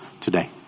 today